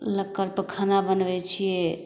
लक्कड़पर खाना बनबै छिए